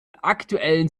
aktuellen